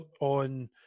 on